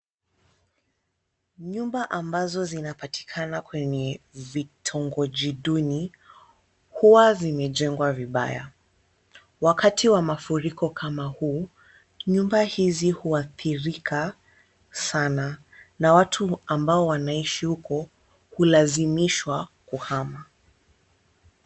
Nyumba ambazo zinapatikana kwenye vitongoji duni huwa zimejengwa vibaya. Wakati wa mafuriko kama huu, nyumba hizi huathirika sana na watu ambao wanaishi huko hulazimishwa kuhama.